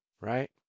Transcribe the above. Right